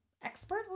Expert